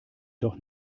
doch